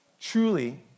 Truly